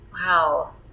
Wow